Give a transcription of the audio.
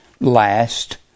last